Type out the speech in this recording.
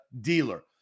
dealer